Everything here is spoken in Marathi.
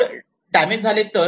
रोड डॅमेज झाले तर